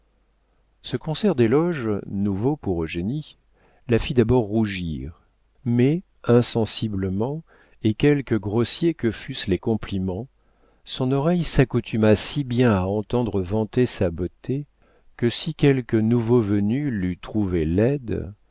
ce concert d'éloges nouveaux pour eugénie la fit d'abord rougir mais insensiblement et quelque grossiers que fussent les compliments son oreille s'accoutuma si bien à entendre vanter sa beauté que si quelque nouveau venu l'eût trouvée laide